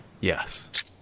Yes